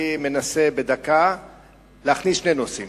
אני מנסה להכניס בדקה שני נושאים.